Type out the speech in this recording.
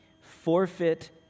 Forfeit